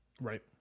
Right